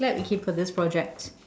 glad we came for this project